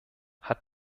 hat